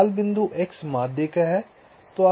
लाल बिंदु x माध्यिका है